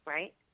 Right